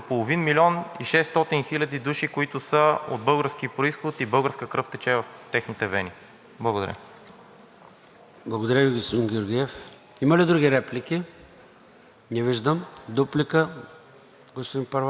Благодаря Ви, господин Георгиев. Има ли други реплики? Не виждам. Дуплика – господин Първанов, заповядайте, за дуплика.